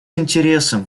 интересом